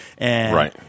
Right